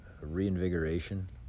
reinvigoration